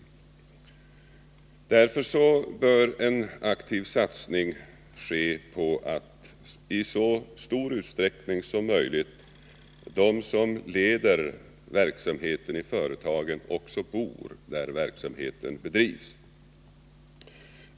Därför bör en aktiv satsning göras på att i så stor utsträckning som möjligt de som leder verksamheten i företagen också bor där verksamheten bedrivs.